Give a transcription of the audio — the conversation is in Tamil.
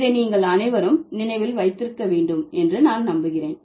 இதை நீங்கள் அனைவரும் நினைவில் வைத்திருக்க வேண்டும் என்று நான் நம்புகிறேன்